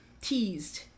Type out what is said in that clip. teased